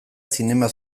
zinema